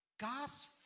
God's